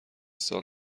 سال